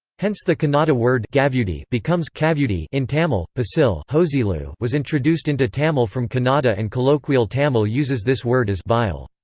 hence the kannada word gavudi becomes kavudi in tamil. but posil ah was introduced into tamil from kannada and colloquial tamil uses this word as vaayil.